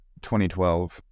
2012